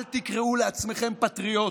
אל תקראו לעצמכם פטריוטים.